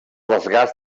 desgast